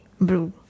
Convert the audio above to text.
blue